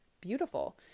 beautiful